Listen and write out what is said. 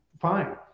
fine